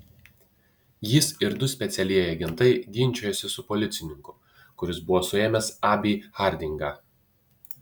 jis ir du specialieji agentai ginčijosi su policininku kuris buvo suėmęs abį hardingą